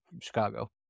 Chicago